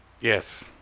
Yes